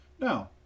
Now